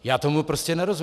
Já tomu prostě nerozumím.